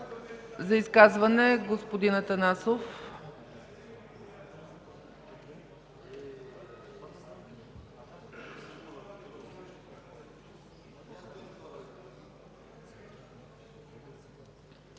За изказване – господин Атанасов.